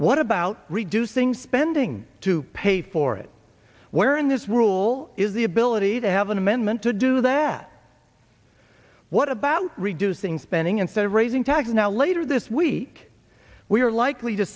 what about reducing spending to pay for it where in this rule is the ability to have an amendment to do that what about reducing spending instead of raising taxes now later this week we are likely to